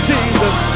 Jesus